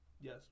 Yes